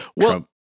Trump